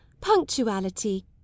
Punctuality